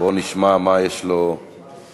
בואו נשמע מה יש לו לומר.